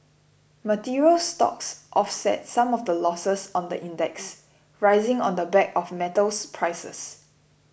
materials stocks offset some of the losses on the index rising on the back of metals prices